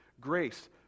grace